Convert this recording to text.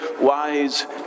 wise